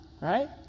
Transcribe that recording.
Right